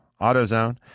AutoZone